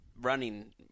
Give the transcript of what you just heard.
running